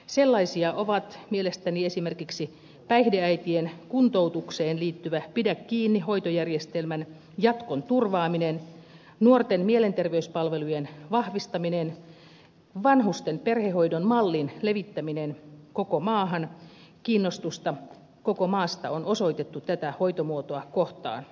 sellaisia ovat mielestäni esimerkiksi päihdeäitien kuntoutukseen liittyvä pidä kiinni hoitojärjestelmän jatkon turvaaminen nuorten mielenterveyspalvelujen vahvistaminen vanhusten perhehoidon mallin levittäminen koko maahan kiinnostusta koko maasta on osoitettu tätä hoitomuotoa kohtaan